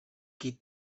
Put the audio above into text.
qui